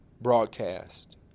broadcast